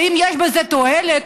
האם יש בזה תועלת?